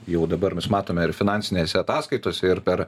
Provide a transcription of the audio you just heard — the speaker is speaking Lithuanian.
jau dabar mes matome ir finansinėse ataskaitose ir per